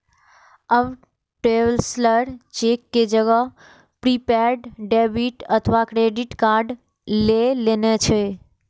आब travellers cheque के जगह प्रीपेड डेबिट अथवा क्रेडिट कार्ड लए लेने छै